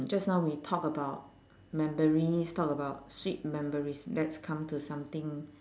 just now we talk about memories talk about sweet memories let's come to something